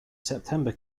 september